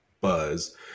buzz